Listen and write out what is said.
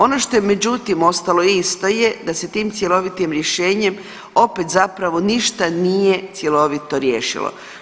Ono što je međutim ostalo isto je da se tim cjelovitim rješenjem opet zapravo ništa nije cjelovito riješilo.